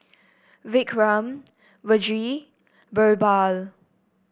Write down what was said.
Vikram Vedre BirbaL